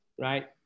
right